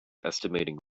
estimating